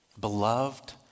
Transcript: beloved